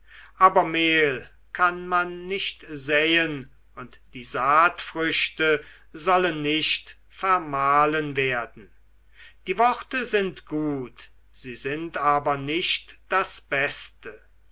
aber mehl kann man nicht säen und die saatfrüchte sollen nicht vermahlen werden die worte sind gut sie sind aber nicht das beste